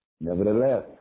Nevertheless